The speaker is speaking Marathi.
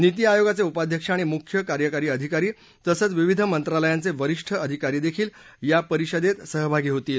निती आयोगाचे उपाध्यक्ष आणि मुख्य कार्यकारी अधिकारी तसंच विविध मंत्रालयांचे वरिष्ठ अधिकारीदेखील परिषदेत सहभागी होणार आहेत